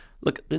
look